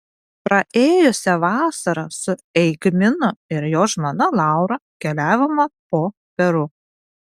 praėjusią vasarą su eigminu ir jo žmona laura keliavome po peru